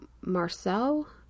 Marcel